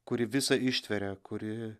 kuri visa ištveria kuri